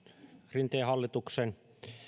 rinteen hallituksen